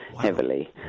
heavily